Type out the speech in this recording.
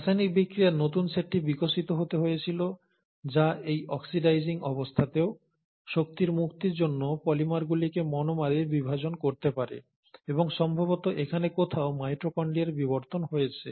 রাসায়নিক বিক্রিয়ার নতুন সেটটি বিকশিত হতে হয়েছিল যা এই অক্সিডাইজিং অবস্থাতেও শক্তির মুক্তির জন্য পলিমারগুলিকে মনোমারে বিভাজন করতে পারে এবং সম্ভবত এখানে কোথাও মাইটোকন্ড্রিয়ার বিবর্তন হয়েছে